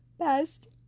best